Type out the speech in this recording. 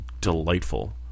delightful